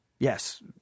Yes